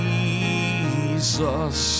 Jesus